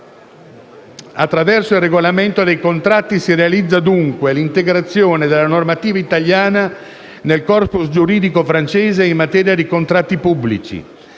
Attraverso il Regolamento dei contratti si realizza dunque l'integrazione della normativa italiana nel *corpus* giuridico francese in materia di contratti pubblici.